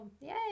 yay